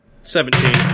Seventeen